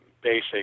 basic